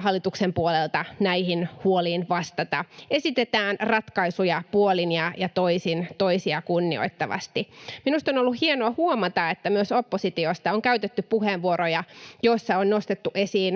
hallituksen puolelta näihin huoliin vastata. Esitetään ratkaisuja puolin ja toisin, toisia kunnioittavasti. Minusta on ollut hienoa huomata, että myös oppositiosta on käytetty puheenvuoroja, joissa on nostettu esiin